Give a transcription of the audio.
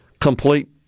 complete